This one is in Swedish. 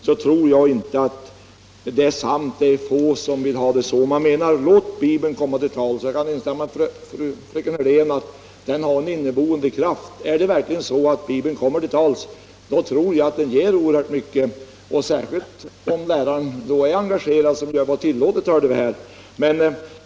Jag tror inte det är sant. Det är få som vill ha det så. Man menar: Låt Bibeln komma till tals! Jag kan hålla med fröken Hörlén om att den har en inneboende kraft. Är det verkligen så att Bibeln kommer till tals, så ger den oerhört mycket särskilt om läraren är engagerad, vilket ju är tillåtet, hörde jag här.